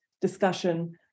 discussion